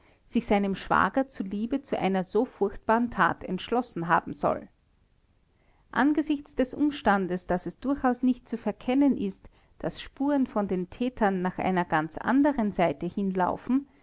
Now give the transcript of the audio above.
sich seinem schwager zuliebe zu einer so furchtbaren tat entschlossen haben soll angesichts des umstandes daß es durchaus nicht zu verkennen ist daß spuren von den tätern nach einer ganz anderen seite hinlaufen